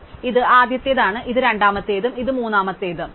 ഇത് ആദ്യത്തേതാണ് ഇത് രണ്ടാമത്തേതും ഇത് മൂന്നാമത്തേതും മറ്റും